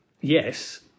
yes